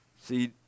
See